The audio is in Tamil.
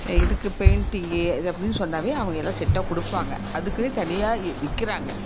இதுக்கு பெயிண்ட்டிங்கு இது அப்படின்னு சொன்னாலே அவங்க எல்லாம் செட்டாக கொடுப்பாங்க அதுக்குன்னு தனியா இ விற்கறாங்க